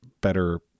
better